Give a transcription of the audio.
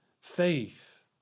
faith